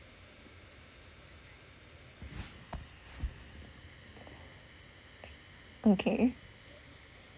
okay